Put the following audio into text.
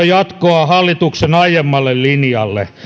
jatkoa hallituksen aiemmalle linjalle